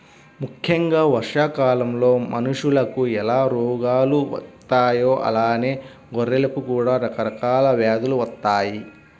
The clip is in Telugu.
ముక్కెంగా వర్షాకాలంలో మనుషులకు ఎలా రోగాలు వత్తాయో అలానే గొర్రెలకు కూడా రకరకాల వ్యాధులు వత్తయ్యి